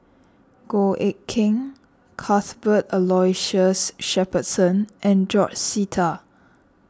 Goh Eck Kheng Cuthbert Aloysius Shepherdson and George Sita